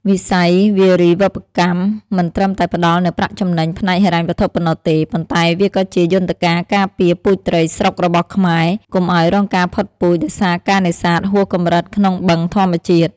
វិស័យវារីវប្បកម្មមិនត្រឹមតែផ្ដល់នូវប្រាក់ចំណេញផ្នែកហិរញ្ញវត្ថុប៉ុណ្ណោះទេ ប៉ុន្តែវាក៏ជាយន្តការការពារពូជត្រីស្រុករបស់ខ្មែរ កុំឱ្យរងការផុតពូជដោយសារការនេសាទហួសកម្រិតក្នុងបឹងធម្មជាតិ។